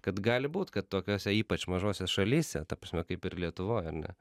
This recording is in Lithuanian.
kad gali būt kad tokiose ypač mažose šalyse ta prasme kaip ir lietuvoj ar ne